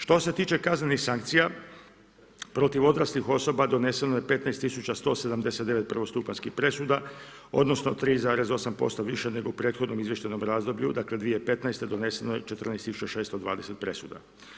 Što se tiče kaznenih sankcija, protiv odraslih osoba doneseno je 15179 prvostupanjskih presuda, odnosno, 3,8% više nego u prethodnom izvještajnom razdoblju, dakle 2015. doneseno je 14620 presuda.